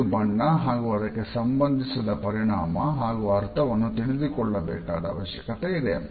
ಇದು ಬಣ್ಣ ಹಾಗು ಅದಕ್ಕೆ ಸಂಬಂದಿಸಿದ ಪರಿಣಾಮ ಹಾಗು ಅರ್ಥವನ್ನು ತಿಳಿದುಕೊಳ್ಳಬೇಕಾದ ಅವಶ್ಯಕತೆ ಇದೆ